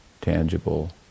tangible